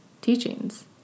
teachings